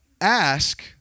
Ask